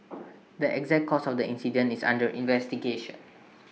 the exact cause of the incident is under investigation